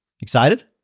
Excited